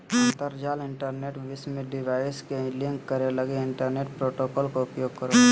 अंतरजाल इंटरनेट विश्व में डिवाइस के लिंक करे लगी इंटरनेट प्रोटोकॉल के उपयोग करो हइ